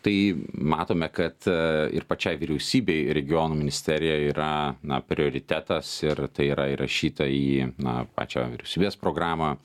tai matome kad ir pačiai vyriausybei regionų ministerija yra na prioritetas ir tai yra įrašyta į na pačią vyriausybės programą